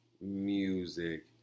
music